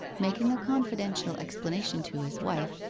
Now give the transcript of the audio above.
making a confidential explanation to his wife,